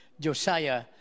Josiah